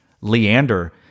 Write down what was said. Leander